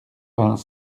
vingt